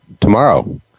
tomorrow